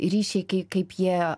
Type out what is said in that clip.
ryšiai kai kaip jie